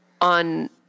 on